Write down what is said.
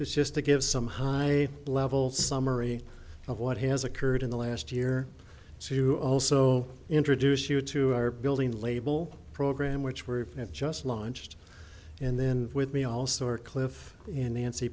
is just to give some high level summary of what has occurred in the last year so you also introduce you to our building label program which were just launched and then with the all store cliff in